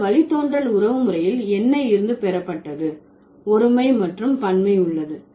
இந்த வழித்தோன்றல் உறவுமுறையில் என்ன இருந்து பெறப்பட்டது ஒருமை மற்றும் பன்மை உள்ளது